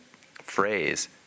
phrase